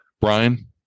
Brian